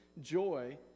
joy